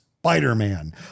spider-man